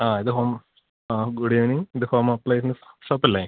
ആ ഇത് ഹോം ആ ഗുഡീവിനിംഗ് ഇത് ഹോമപ്ലയൻസ് ഷോപ്പല്ലേ